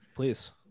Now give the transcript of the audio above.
Please